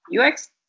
UX